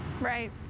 right